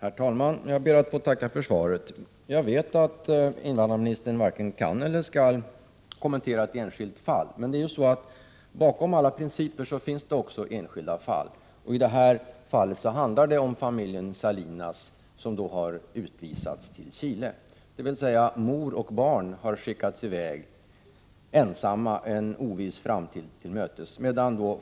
Herr talman! Jag ber att få tacka för svaret. Jag vet att invandrarministern varken kan eller skall kommentera ett enskilt fall. Men bakom alla principer finns ju också enskilda fall. Här handlar det om familjen Salinas, som har utvisats till Chile — dvs. mor och barn har skickats i väg ensamma för att gå en oviss framtid till mötes.